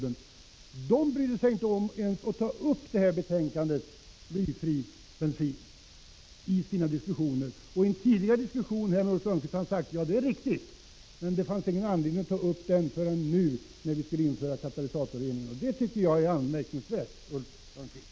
Den kommittén brydde sig inte ens om att ta upp betänkandet Blyfri bensin i sina diskussioner. Och i en tidigare diskussion här har Ulf Lönnqvist sagt: Ja, det är riktigt, men det fanns ingen anledning att ta upp den frågan förrän nu när vi skulle införa katalysatorrening. Det tycker jag är anmärkningsvärt, Ulf Lönnqvist.